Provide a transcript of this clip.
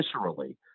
viscerally